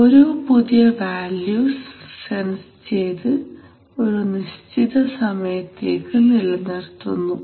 ഓരോ പുതിയ values sense ചെയ്തു ഒരു നിശ്ചിത സമയത്തേക്ക് നിലനിർത്തുന്നു